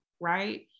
right